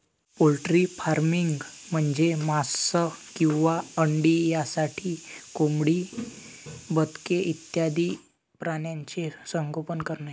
poultry farming म्हणजे मांस किंवा अंडी यासाठी कोंबडी, बदके इत्यादी प्राण्यांचे संगोपन करणे